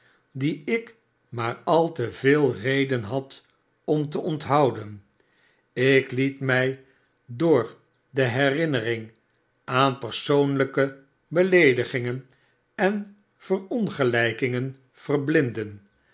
dien ik maar al te veel reden had om te onthouden ik liet mij door de herinnering aan persoonlijke beleedigingen en verongelijkingen verblinden